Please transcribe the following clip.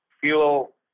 fuel